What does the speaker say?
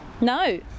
No